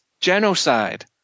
genocide